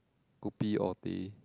kopi or teh